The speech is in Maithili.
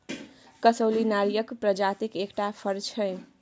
कसैली नारियरक प्रजातिक एकटा फर छै